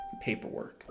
paperwork